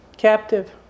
Captive